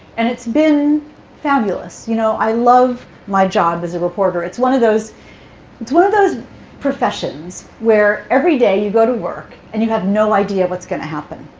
and it's been fabulous. you know, i love my job as a reporter. it's one of those it's one of those professions where every day you go to work, and you have no idea what's going to happen.